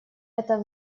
это